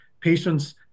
patients